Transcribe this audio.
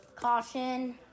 Caution